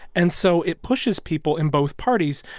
and so it pushes people in both parties,